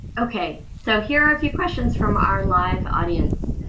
okay, so here are a few questions from our live audience.